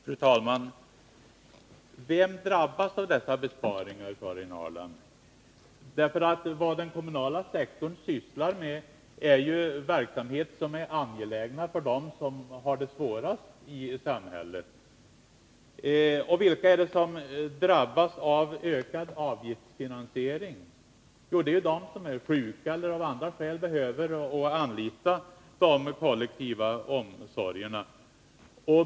Fru talman! Vem drabbas av dessa besparingar, Karin Ahrland? Vad den kommunala sektorn sysslar med är ju verksamhet som är angelägen för dem som har det svårast i samhället. Vilka är det som drabbas av ökad avgiftsfinansiering? Jo, det är de som är sjuka eller som av andra skäl behöver anlita de kommunala omsorgerna.